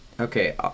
Okay